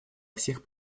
всех